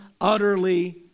utterly